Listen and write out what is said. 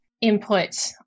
input